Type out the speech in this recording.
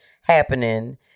happening